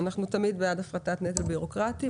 אנחנו תמיד בעד הפחתת נטל בירוקרטי.